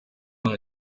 nta